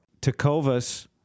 Takovas